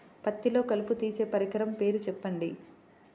పత్తిలో కలుపు తీసే పరికరము పేరు చెప్పండి